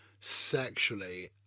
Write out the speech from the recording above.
sexually